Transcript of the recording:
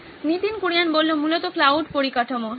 নীতিন কুরিয়ান মূলত ক্লাউড পরিকাঠামো হ্যাঁ